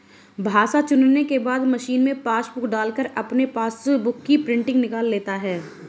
भाषा चुनने के बाद मशीन में पासबुक डालकर अपने पासबुक की प्रिंटिंग निकाल लेता है